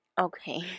Okay